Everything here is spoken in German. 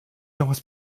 nochmals